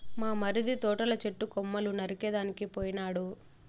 మా మరిది తోటల చెట్టు కొమ్మలు నరికేదానికి పోయినాడు